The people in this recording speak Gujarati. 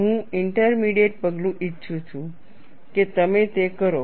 હું ઇન્ટરમીડિયેટ પગલું ઈચ્છું છું કે તમે તે કરો